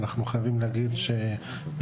שהוא מספר אחד בשימוש לרעה,